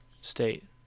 state